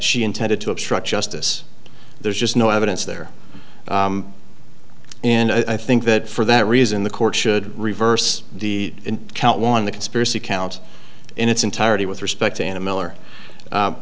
she intended to obstruct justice there's just no evidence there and i think that for that reason the court should reverse the count one the conspiracy count in its entirety with respect to anna miller